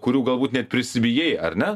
kurių galbūt net prisibijai ar ne